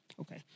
okay